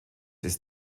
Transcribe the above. ist